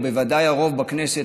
ובוודאי הרוב בכנסת,